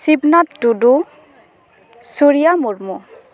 ᱥᱤᱵᱱᱟᱛᱷ ᱴᱩᱰᱩ ᱥᱩᱨᱤᱭᱟ ᱢᱩᱨᱢᱩ